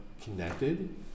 connected